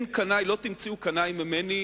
לא תמצאו קנאי ממני